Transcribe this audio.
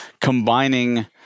combining